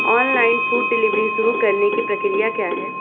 Online food delivery शुरू करने की प्रक्रिया क्या है?